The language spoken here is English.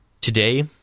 today